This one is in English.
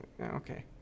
Okay